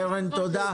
תודה.